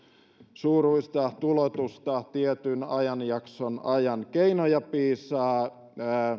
suuruista tuloutusta tietyn ajanjakson ajan keinoja piisaa